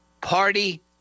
party